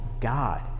God